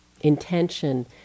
intention